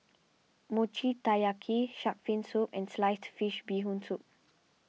Mochi Taiyaki Shark's Fin Soup and Sliced Fish Bee Hoon Soup